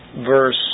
verse